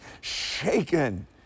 shaken